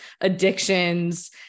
addictions